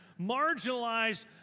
marginalized